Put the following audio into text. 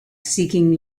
seeking